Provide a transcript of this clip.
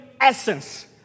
essence